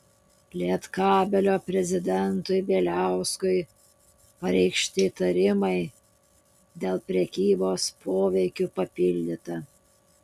lietkabelio prezidentui bieliauskui pareikšti įtarimai dėl prekybos poveikiu papildyta